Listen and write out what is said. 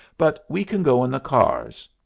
but we can go in the cars